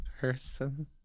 person